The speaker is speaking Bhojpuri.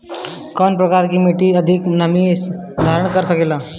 कौन प्रकार की मिट्टी सबसे अधिक नमी धारण कर सकेला?